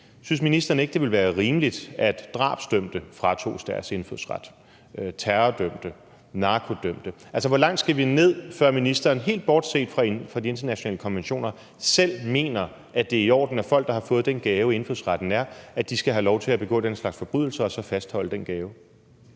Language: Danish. Synes ministeren ikke, det ville være rimeligt, at drabsdømte fratoges deres indfødsret – og terrordømte og narkodømte? Altså, hvor langt skal vi ned, før ministeren, helt bortset fra de internationale konventioner, selv mener, at det er i orden, at folk, der har fået den gave, indfødsretten er, skal have lov til at begå den slags forbrydelser og så fastholde den gave?